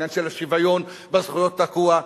העניין של השוויון בזכויות תקוע,